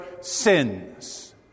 sins